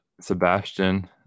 Sebastian